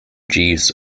jeeves